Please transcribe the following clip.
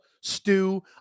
stew